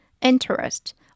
interest